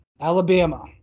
Alabama